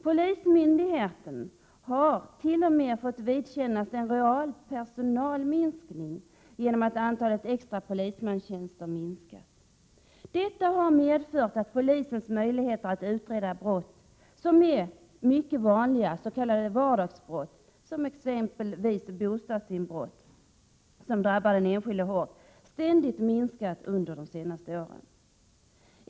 Polismyndigheten har t.o.m. fått vidkännas en real personalminskning genom att antalet extra polismanstjänster minskat. Detta har medfört att polisens möjligheter att utreda mycket vanliga brott, s.k. vardagsbrott, som bostadsinbrott, vilka drabbar den enskilde hårt, ständigt minskat under de senaste åren.